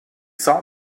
saw